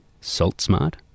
salt-smart